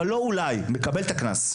אבל לא אולי, מקבל את הקנס.